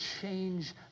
change